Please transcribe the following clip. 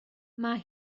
mae